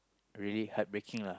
really heartbreaking lah